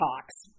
talks